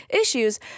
issues